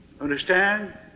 Understand